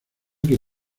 que